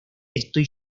estoy